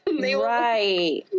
Right